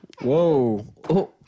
Whoa